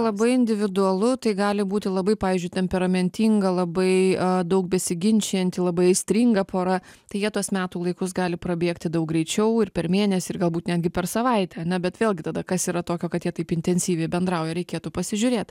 labai individualu tai gali būti labai pavyzdžiui temperamentinga labai daug besiginčijanti labai aistringa pora tai jie tuos metų laikus gali prabėgti daug greičiau ir per mėnesį ir galbūt netgi per savaitę ane bet vėlgi tada kas yra tokio kad jie taip intensyviai bendrauja reikėtų pasižiūrėt